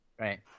Right